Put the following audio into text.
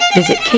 visit